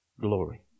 glory